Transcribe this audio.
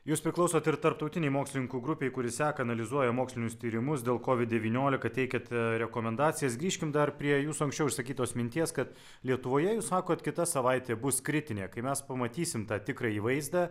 jūs priklausot ir tarptautinei mokslininkų grupei kuri seka analizuoja mokslinius tyrimus dėl covid devyniolika teikiate rekomendacijas grįžkim dar prie jūsų anksčiau išsakytos minties kad lietuvoje jūs sakot kita savaitė bus kritinė kai mes pamatysim tą tikrąjį vaizdą